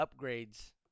upgrades